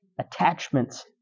attachments